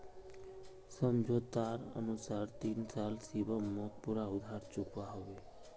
समझोतार अनुसार तीन साल शिवम मोक पूरा उधार चुकवा होबे